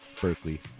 Berkeley